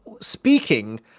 speaking